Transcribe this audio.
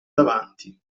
davanti